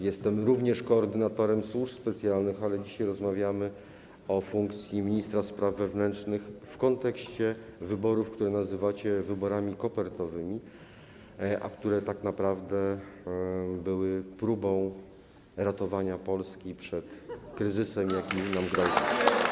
Jestem również koordynatorem służb specjalnych, ale dzisiaj rozmawiamy o funkcji ministra spraw wewnętrznych w kontekście wyborów, które nazywacie wyborami kopertowymi, a które tak naprawdę były próbą ratowania Polski przed kryzysem, jaki nam groził.